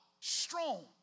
Strong